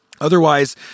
Otherwise